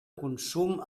consum